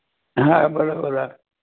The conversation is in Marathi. हा बोला बोला